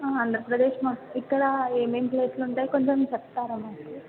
ఆంధ్రప్రదేశ్ ఇక్కడ ఏమేం ప్లేసులు ఉంటాయి కొంచం చెప్తారా మాకు